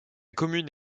commune